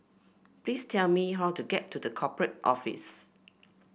please tell me how to get to The Corporate Office